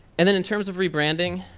and then in terms of rebranding,